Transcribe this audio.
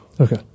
Okay